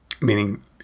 Meaning